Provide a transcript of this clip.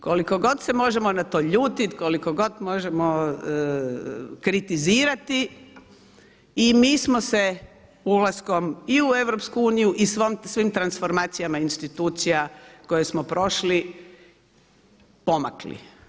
Koliko god se možemo na to ljutiti, koliko god možemo kritizirati i mi smo se ulaskom i u Europsku uniju i svim transformacijama institucija koje smo prošli pomakli.